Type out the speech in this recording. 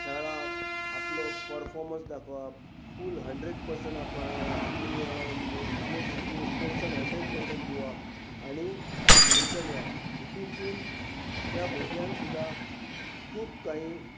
खेळप आपलो परफोमन्स दाखोवप फूल हंड्रेड पर्संट आप आपली स्पोर्ट्स स्पोर्ट्सान हंड्रेड पर्सट दिवप आनी रिटन येवप हितूनसून त्या भुरग्यांक सुद्दा खूब कां